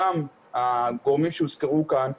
גם הגורמים שהוזכרו כאן,